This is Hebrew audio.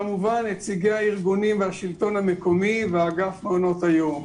כמובן את נציגי הארגונים והשלטון המקומי ואגף מעונות היום.